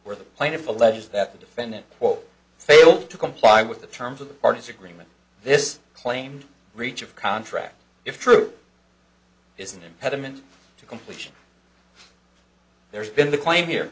where the plaintiff alleges that the defendant failed to comply with the terms of the parties agreement this claim reach of contract if true is an impediment to completion there's been the claim here